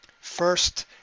First